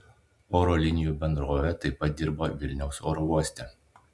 oro linijų bendrovė taip pat dirba vilniaus oro uoste